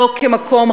לא כמקום,